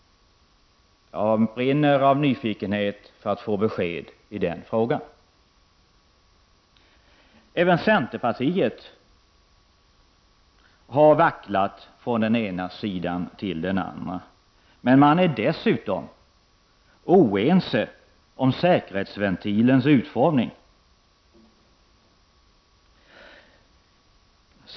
Jag brinner av nyfikenhet att få besked i frågan. Även centerpartiet har vacklat från den ena sidan till den andra. Men man är dessutom oense om säkerhetsventilens utformning.